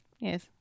Yes